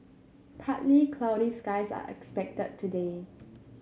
partly cloudy skies are expected today